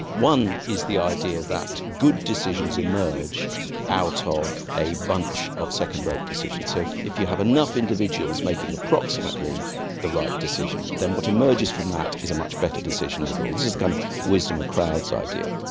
one is the idea that good decisions emerge out ah of a bunch of second-rate decisions. so if if you have enough individuals making approximately the right decision, then what emerges from that is a much better decision overall. this is the kind of wisdom of crowds idea.